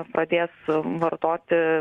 pradės vartoti